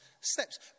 steps